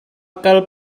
kal